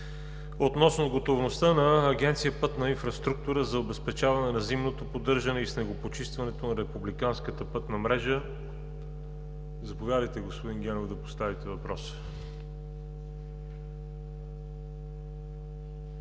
относно готовността на Агенция „Пътна инфраструктура” за обезпечаване на зимното поддържане и снегопочистването на републиканската пътна мрежа. Заповядайте, господин Генов, да поставите въпроса.